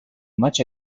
much